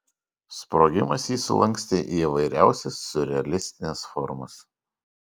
sprogimas jį sulankstė į įvairiausias siurrealistines formas